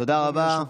תודה רבה.